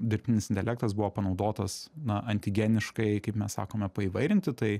dirbtinis intelektas buvo panaudotos na antigeniškai kaip mes sakome paįvairinti tai